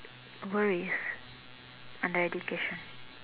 worries under education